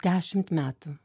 dešimt metų